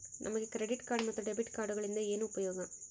ನಮಗೆ credit card ಮತ್ತು debit ಕಾರ್ಡುಗಳಿಂದ ಏನು ಉಪಯೋಗ?